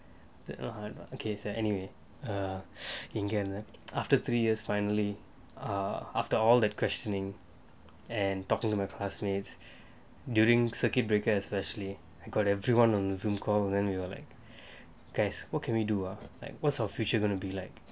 okay so anyway err indian after three years finally uh after all the questioning and talking to my classmates during circuit breaker especially I got everyone on Zoom call then we were like guess what can we do uh like what's our future gonna be like